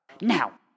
Now